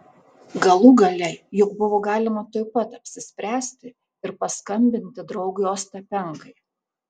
galų gale juk buvo galima tuoj pat apsispręsti ir paskambinti draugui ostapenkai